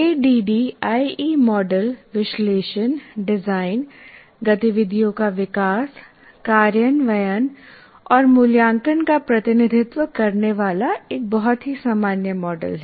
ADDIE model विश्लेषण design गतिविधियों का विकास कार्यान्वयन और मूल्यांक का नप्रतिनिधित्व करने वाला एक बहुत ही सामान्य मॉडल है